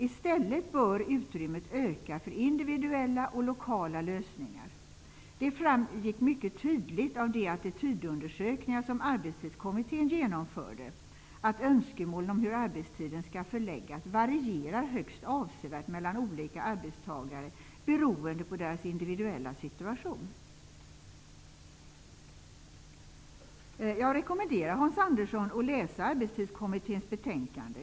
I stället bör utrymmet öka för individuella och lokala lösningar. Det framgick mycket tydligt av de attitydundersökningar som arbetstidskommittén genomförde att önskemålen om hur arbetstiden skall förläggas varierar högst avsevärt mellan olika arbetstagare, beroende på deras individuella situation. Jag rekommenderar Hans Andersson att läsa arbetstidskommitténs betänkande.